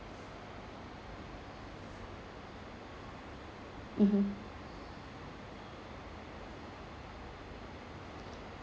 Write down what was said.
mmhmm